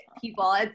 people